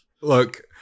Look